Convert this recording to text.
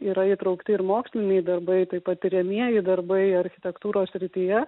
yra įtraukti ir moksliniai darbai taip pat tiriamieji darbai architektūros srityje